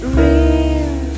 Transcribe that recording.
real